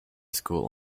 school